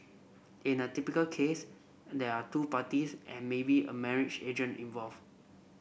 in a typical case they are two parties and maybe a marriage agent involved